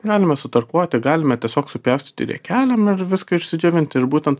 galime sutarkuoti galime tiesiog supjaustyti riekelėm ir viską išsidžiovinti ir būtent